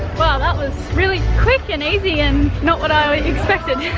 well that was really quick and easy and not what i expected.